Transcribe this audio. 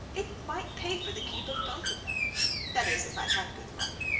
it might pay for the keep of both of them that is, if i had good luck.